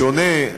בשונה,